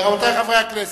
רבותי חברי הכנסת,